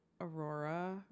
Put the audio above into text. Aurora